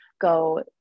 go